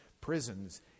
prisons